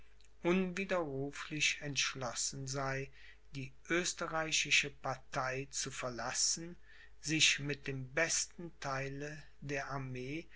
unwiderruflich entschlossen sei die österreichische partei zu verlassen sich mit dem besten theile der armee